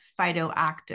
phytoactive